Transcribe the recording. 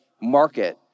market